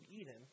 Eden